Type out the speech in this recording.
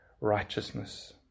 righteousness